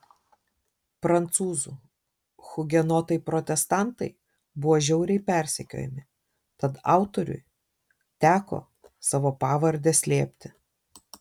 prancūzų hugenotai protestantai buvo žiauriai persekiojami tad autoriui teko savo pavardę slėpti